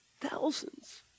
thousands